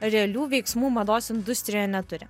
realių veiksmų mados industrijoje neturi